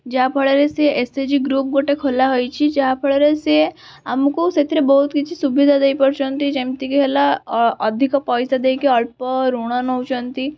ଯାହା ଫଳରେ ସେ ଏସ୍ ଏଚ୍ ଜି ଗ୍ରୁପ୍ ଗୋଟେ ଖୋଲା ହୋଇଛି ଯାହା ଫଳରେ ସିଏ ଆମକୁ ସେଥିରେ ବହୁତ କିଛି ସୁବିଧା ଦେଇପାରୁଛନ୍ତି ଯେମିତିକି ହେଲା ଅଧିକ ପଇସା ଦେଇକି ଅଳ୍ପ ଋଣ ନେଉଛନ୍ତି